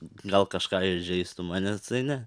gal kažką ir įžeistų mane tai ne